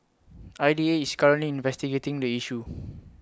I D A is currently investigating the issue